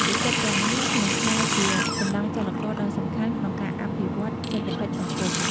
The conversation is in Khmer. និស្សិតទាំងនេះនឹងក្លាយជា កម្លាំងចលករដ៏សំខាន់ ក្នុងការអភិវឌ្ឍន៍សេដ្ឋកិច្ចសង្គម។